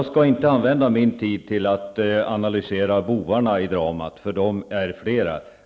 Jag skall inte använda min taletid till att analysera bovarna i dramat, eftersom de är flera.